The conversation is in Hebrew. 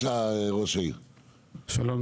שלום,